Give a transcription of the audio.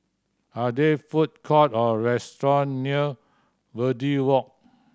are there food court or restaurant near Verde Walk